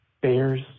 Bears